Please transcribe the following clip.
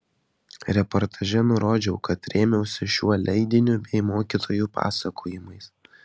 reportaže nurodžiau kad rėmiausi šiuo leidiniu bei mokytojų pasakojimais